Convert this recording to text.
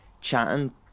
chatting